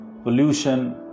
Pollution